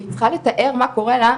והיא צריכה לתאר מה שקורה לה,